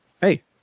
Hey